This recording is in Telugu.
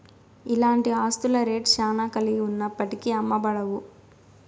ఇలాంటి ఆస్తుల రేట్ శ్యానా కలిగి ఉన్నప్పటికీ అమ్మబడవు